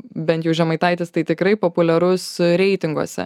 bent jau žemaitaitis tai tikrai populiarus reitinguose